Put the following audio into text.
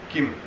Kim